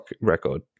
record